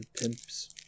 pimps